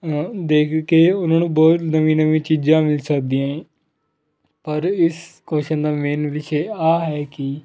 ਦੇਖ ਕੇ ਉਹਨਾਂ ਨੂੰ ਬਹੁਤ ਨਵੀਂ ਨਵੀਂ ਚੀਜ਼ਾਂ ਮਿਲ ਸਕਦੀਆਂ ਪਰ ਇਸ ਕੁਸ਼ਚਨ ਦਾ ਮੇਨ ਵਿਸ਼ੇ ਆਹ ਹੈ ਕਿ